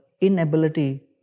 inability